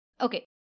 Okay